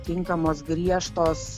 tinkamos griežtos